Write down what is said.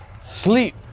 sleep